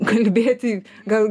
kalbėti gal